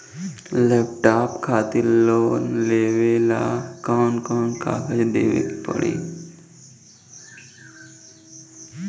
Laptop खातिर loan लेवे ला कौन कौन कागज देवे के पड़ी?